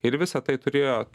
ir visa tai turėjo